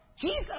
Jesus